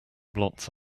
blots